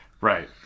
right